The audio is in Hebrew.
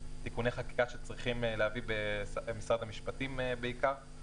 תיקוני חקיקה שצריכים להביא במשרד המשפטים בעיקר.